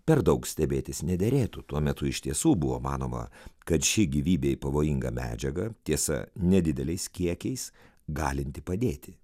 per daug stebėtis nederėtų tuo metu iš tiesų buvo manoma kad ši gyvybei pavojinga medžiaga tiesa nedideliais kiekiais galinti padėti